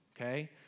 okay